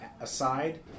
aside